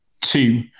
two